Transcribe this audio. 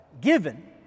given